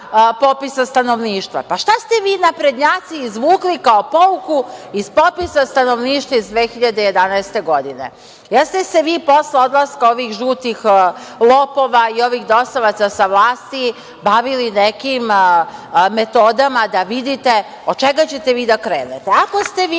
popisa stanovništva. Šta ste vi naprednjaci izvukli kao pouku iz popisa stanovništva iz 2011. godine? Jeste li se vi posle odlaska ovih žutih lopova i ovih dosovaca sa vlasti bavili nekim metodama da vidite od čega ćete vi da krenete. Ako ste